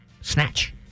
Snatch